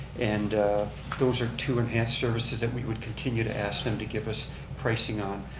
and those are two enhanced services that we would continue to ask them to give us pricing on.